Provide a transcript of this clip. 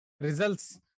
Results